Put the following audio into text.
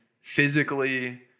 physically